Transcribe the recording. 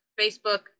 Facebook